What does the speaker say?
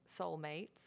soulmates